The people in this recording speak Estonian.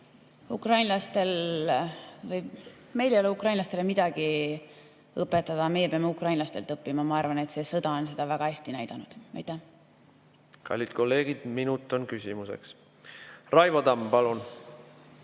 näidanud. Meil ei ole ukrainlastele midagi õpetada, meie peame ukrainlastelt õppima. Ma arvan, et see sõda on seda väga hästi näidanud. Kallid kolleegid, minut on küsimuseks. Raivo Tamm, palun!